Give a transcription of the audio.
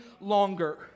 longer